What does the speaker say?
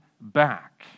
back